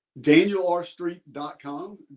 DanielRStreet.com